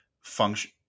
function